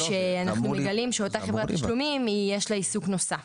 שבו אנחנו מגלים שלאותה חברת תשלומים יש עיסוק נוסף.